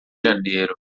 janeiro